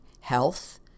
health